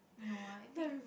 no I think